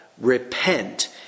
repent